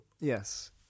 Yes